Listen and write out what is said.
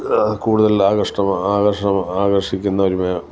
കൂടുതൽ ആകൃഷ്ടമാ ആകർഷിക്കുന്ന ഒരു മേ